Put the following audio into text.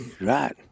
right